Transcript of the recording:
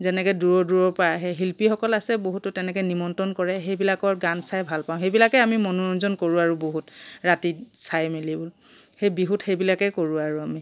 যেনেকৈ দূৰৰ দূৰৰ পৰা আহে শিল্পীসকল আছে বহুতো তেনেকৈ নিমন্ত্ৰণ কৰে সেইবিলাকৰ গান চাই ভাল পাওঁ সেইবিলাকে আমি মনোৰঞ্জন কৰোঁ আৰু বহুত ৰাতি চাই মেলি সেই বিহুত সেইবিলাকেই কৰোঁ আৰু আমি